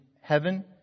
heaven